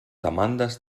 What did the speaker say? demandes